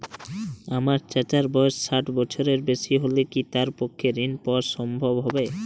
আমার চাচার বয়স ষাট বছরের বেশি হলে কি তার পক্ষে ঋণ পাওয়া সম্ভব হবে?